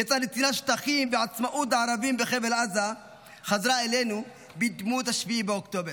כיצד נתינת שטחים ועצמאות לערבים בחבל עזה חזרה אלינו בדמות 7 באוקטובר.